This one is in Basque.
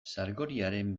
sargoriaren